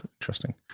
interesting